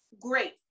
great